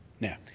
Now